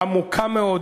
עמוקה מאוד,